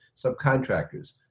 subcontractors